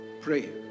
Pray